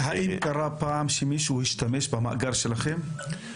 האם קרה פעם שמישהו השתמש במאגר שלכם?